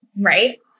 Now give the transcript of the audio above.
right